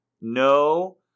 No